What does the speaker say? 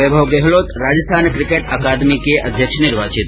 वैभव Gehlot Rajasthan cricket academy के अध्यक्ष निर्वाचित